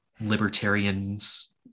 libertarians